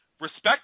Respect